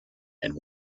and